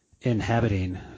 inhabiting